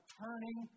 turning